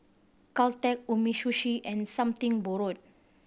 Caltex Umisushi and Something Borrowed